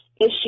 issue